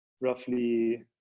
roughly